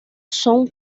son